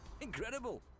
Incredible